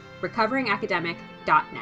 recoveringacademic.net